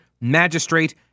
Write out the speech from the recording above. magistrate